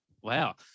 Wow